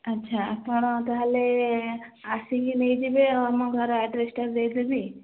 ଆଛା ଆପଣ ତାହେଲେ ଆସିକି ନେଇଯିବେ ଆଉ ଆମ ଘର ଆଡ୍ରେସ୍ଟା ଦେଇଦେବି